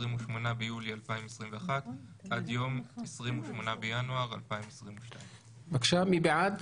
28 ביולי 2021 עד יום 28 בינואר 2022. מי בעד?